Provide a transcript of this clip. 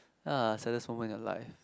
uh saddest moment in your life